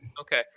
Okay